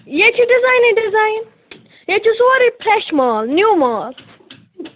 ییٚتہِ چھِ ڈِزایِنٕے ڈِزایِن ییٚتہِ چھِ سورُے فرٛیش مال نِیٛوٗ مال